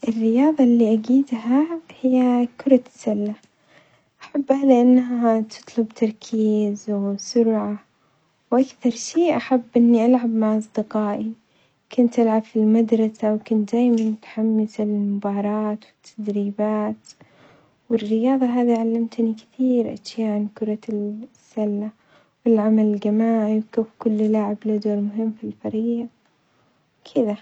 الرياظة اللي أجيدها هي كرة السلة، أحبها لأنها تطلب تركيز وسرعة، وأكثر شي أحب إني ألعب مع أصدقائي، كنت ألعب في المدرسة وكنت دايمًا متحمسة للمبارات والتدريبات، والرياضة هذي علمتني كثير أشياء عن كرة السلة والعمل الجماعي وك كل لاعب له دور مهم في الفريق وكذه.